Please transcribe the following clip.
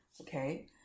okay